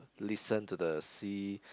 listen to the sea